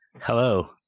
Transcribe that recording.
hello